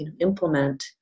implement